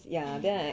mmhmm